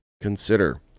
consider